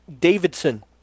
Davidson